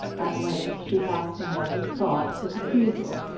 at length she asked him what he thought of the cathedral,